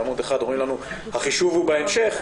בעמוד אחד אומרים לנו: החישוב הוא בהמשך,